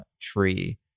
tree